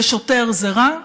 ושוטר זה רע?